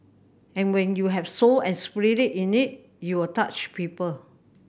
and when you have soul and in it you will touch people